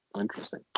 Interesting